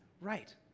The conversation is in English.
right